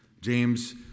James